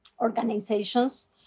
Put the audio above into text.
organizations